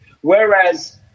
whereas